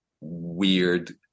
weird